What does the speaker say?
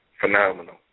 phenomenal